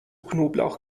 knoblauch